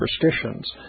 superstitions